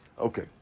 Okay